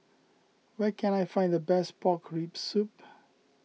where can I find the best Pork Rib Soup